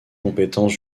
compétences